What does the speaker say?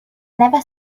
never